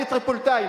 אני טריפוליטאי,